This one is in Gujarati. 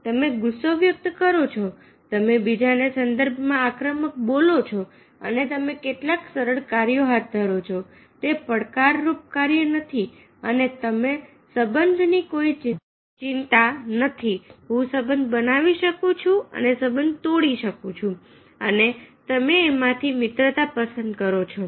તમે ગુસ્સો વ્યક્ત કરો છો તમે બીજાના સંદર્ભમાં આક્રમક બોલો છો અને તમે કેટલાક સરળ કાર્યો હાથ ધરો છો તે પડકારરૂપ કાર્ય નથી અને તમે સંબંધ ની કોઈ ચિંતા નથી હું સંબંધ બનાવી શકું છું અને સંબંધ તોડી શકું છું અને તમે એમાંથી મિત્રતા પસંદ કરો છો